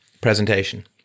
presentation